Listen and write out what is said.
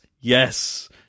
Yes